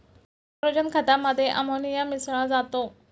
nitrogen खतामध्ये ammonia मिसळा जातो